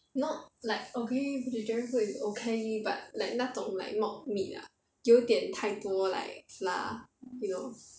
not like okay vegetarian food is okay but like 那种 like mock meat ah 有一点太多 like flour you know